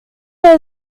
there